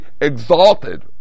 exalted